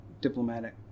diplomatic